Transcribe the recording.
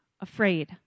afraid